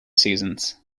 seasons